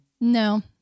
No